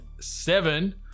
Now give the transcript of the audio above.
seven